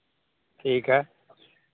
ठीक है